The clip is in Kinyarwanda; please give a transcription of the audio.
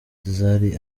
zari